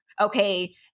okay